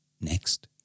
Next